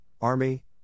Army